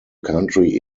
country